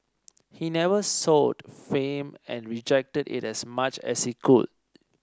he never sought fame and rejected it as much as he could